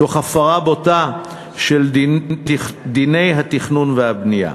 תוך הפרה בוטה של דיני התכנון והבנייה,